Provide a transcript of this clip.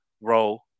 role